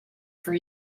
for